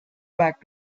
back